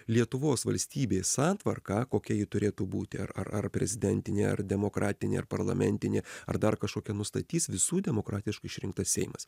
lietuvos valstybės santvarką kokia ji turėtų būti ar ar prezidentinė ar demokratinė parlamentinė ar dar kažkokia nustatys visų demokratiškai išrinktas seimas